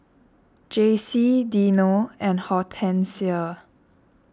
Jacey Dino and Hortensia